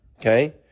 Okay